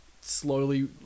slowly